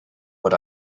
what